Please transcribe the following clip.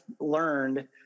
learned